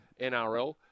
NRL